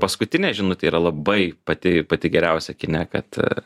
paskutinė žinutė yra labai pati pati geriausia kine kad